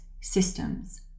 systems